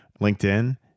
LinkedIn